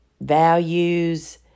Values